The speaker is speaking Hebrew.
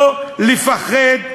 לא לפחד.